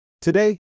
Today